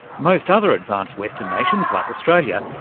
most other advanced western nations, like australia,